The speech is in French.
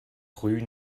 rue